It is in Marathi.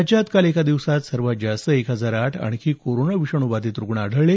राज्यात काल एका दिवसात सर्वात जास्त एक हजार आठ आणखी कोरोना विषाणू बाधित रुग्ण आढळले